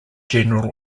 general